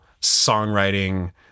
songwriting